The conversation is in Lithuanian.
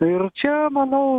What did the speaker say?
ir čia manau